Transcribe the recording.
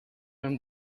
hun